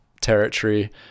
territory